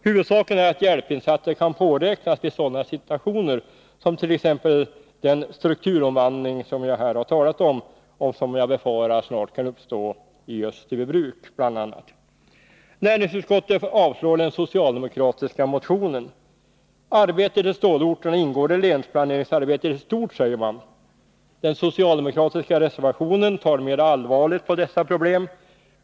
Huvudsaken är att hjälpinsatser kan påräknas vid sådana situationer som den strukturomvandling jag här har talat om och som jag befarar snart kan uppstå i bl.a. Österbybruk. Näringsutskottet avstyrker den socialdemokratiska motionen. Arbetet i stålorterna ingår i länsplaneringsarbetet i stort, säger man. Den socialdemokratiska reservationen tar mera allvarligt på dessa problem.